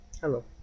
Hello